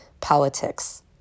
politics